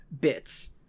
bits